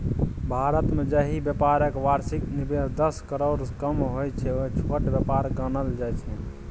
भारतमे जाहि बेपारक बार्षिक निबेश दस करोड़सँ कम होइ छै छोट बेपार गानल जाइ छै